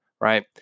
right